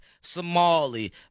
Somali